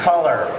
Color